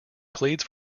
pleads